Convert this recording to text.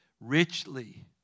richly